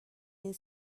این